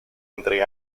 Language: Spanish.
entre